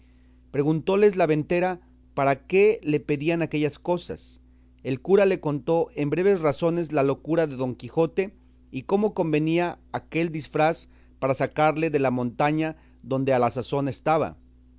peine preguntóles la ventera que para qué le pedían aquellas cosas el cura le contó en breves razones la locura de don quijote y cómo convenía aquel disfraz para sacarle de la montaña donde a la sazón estaba